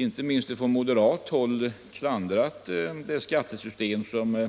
Inte minst från | moderat håll har vi ju klandrat det skattesystem som